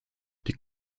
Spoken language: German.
die